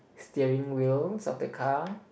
steering wheels of the car